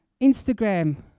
Instagram